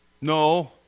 No